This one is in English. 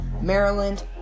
Maryland